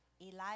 Elijah